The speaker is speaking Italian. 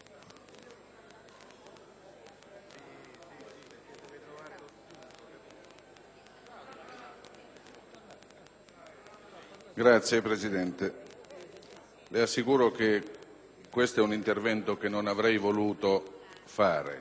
Signor Presidente, le assicuro che questo è un intervento che non avrei voluto fare.